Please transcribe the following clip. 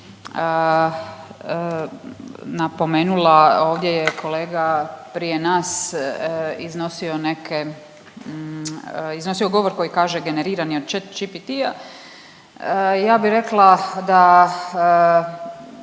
napomenula ovdje je kolega prije nas iznosio neke, iznosio govor koji kaže generiranje Chat GPT-a. Ja bi rekla da